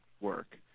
work